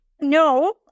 No